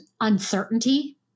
uncertainty